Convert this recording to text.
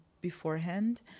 beforehand